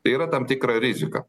tai yra tam tikra rizika